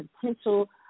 potential